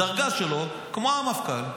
הדרגה שלו כמו המפכ"ל,